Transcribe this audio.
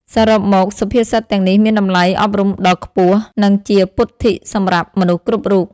សរុបមក សុភាសិតទាំងនេះមានតម្លៃអប់រំដ៏ខ្ពស់ និងជាពុទ្ធិសម្រាប់មនុស្សគ្រប់រូប។